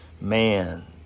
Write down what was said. man